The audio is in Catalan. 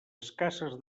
escasses